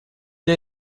для